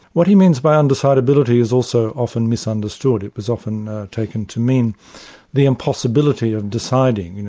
what he means by undecidability is also often misunderstood. it was often taken to mean the impossibility of deciding, and